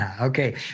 Okay